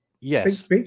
yes